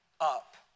up